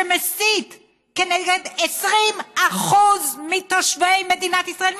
שמסית נגד 20% מתושבי מדינת ישראל,